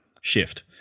shift